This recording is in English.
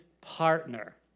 partner